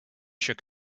shook